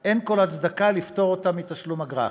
אין כל הצדקה לפטור אותם מתשלום אגרה.